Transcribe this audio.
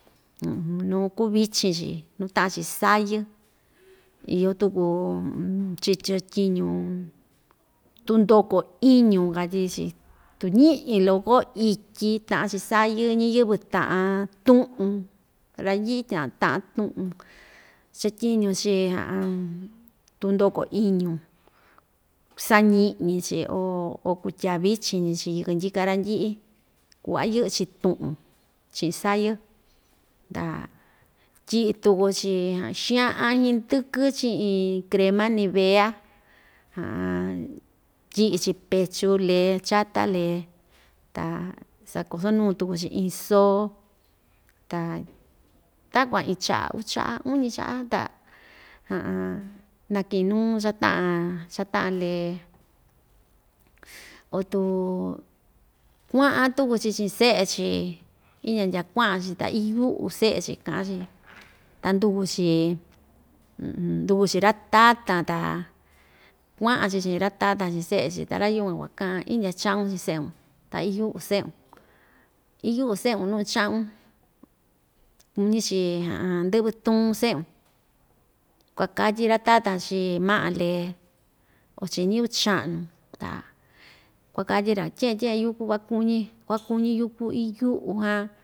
nuu kuvichin‑chi nuu ta'an‑chi sayɨ iyo tuku chi chatyiñu tundoko iñu katyi‑chi tu ñi'i loko ityi ta'an‑chi sayɨ ñɨyɨvɨ ta'an tu'un randyi'i tya'a ta'an tu'un chatyiñu‑chi tundoko iñu sañi'ñi‑chi o o kutyaa vichin‑ñi‑chi yɨkɨ‑ndyika randyi'i ku'va yɨ'ɨ‑chi tu'un chi'in sayɨ ta tyi'i tuku‑chi xa'an hndɨkɨ chi'in crema nivea tyi'i‑chi pechu lee chata lee ta sakoso‑nuu tuku‑chi iin soo ta takuan iin cha'a uu cha'a uñi cha'a ta naki'in nuu cha‑ta'an cha‑ta'an lee o tu kua'an tuku‑chi chi'in se'e‑chi indya ndya kua'an‑chi ta iyu'u se'e‑chi ka'an‑chi ta nduku‑chi nduku‑chi ra‑tatan ta kua'an‑chi chi'in ra‑tatan chi'in se'e‑chi ta ra‑yukuan kuaka'an indya cha'un chi'in se'un ta iyu'u se'un iyu'u se'un nuu icha'un kuñi‑chi ndɨ'vɨ tuun se'un kuakatyi ra‑tatan chii ma'a lee kuu‑chi ñɨvɨ cha'nu ta kuakatyi‑ra tye'en tye'en yúku kuakuñi kuakuñi yuku iyu'u jan.